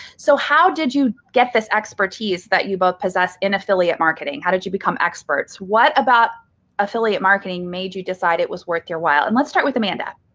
so how did you get this expertise that you both possess in affiliate marketing? how did you become experts? what about affiliate marketing made you decide it was worth your while? and let's start with amanda.